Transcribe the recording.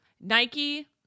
Nike